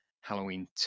Halloween